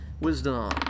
Wisdom